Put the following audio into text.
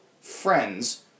friends